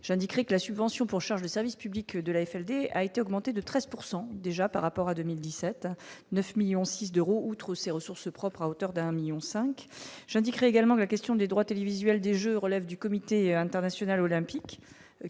j'indiquerai que la subvention pour charges de service public de l'AFLD a été augmenté de 13 pourcent déjà par rapport à 2017 9 millions 6 d'euros outre ses ressources propres, à hauteur d'un 1000000 5, j'indiquerai également la question des droits télévisuels des jeux relève du comité international olympique